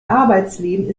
arbeitsleben